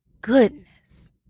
goodness